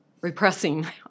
repressing